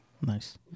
Nice